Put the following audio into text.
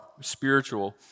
spiritual